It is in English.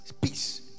Peace